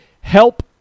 help